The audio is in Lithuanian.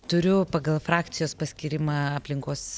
turiu pagal frakcijos paskyrimą aplinkos